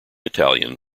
italian